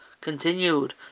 continued